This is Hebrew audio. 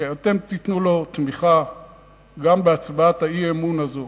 כי אתם תיתנו לו תמיכה גם בהצבעת האי-אמון הזו.